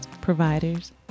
providers